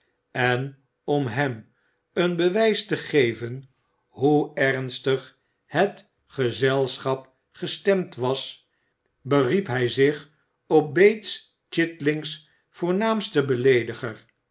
en om heffi een bewijs te geven hoe ernstig het gezelschap gestemd was beriep hij zich op bates chitüng's voornaamsten beleediger